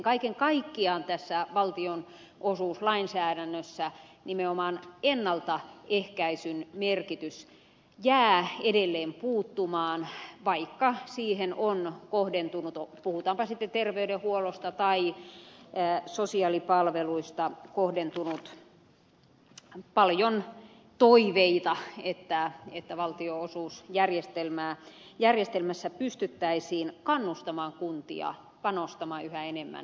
kaiken kaikkiaan tässä valtionosuuslainsäädännössä nimenomaan ennaltaehkäisyn merkitys jää edelleen puuttumaan vaikka siihen on kohdentunut puhutaanpa sitten terveydenhuollosta tai sosiaalipalveluista paljon toiveita että valtionosuusjärjestelmässä pystyttäisiin kannustamaan kuntia panostamaan yhä enemmän